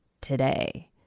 today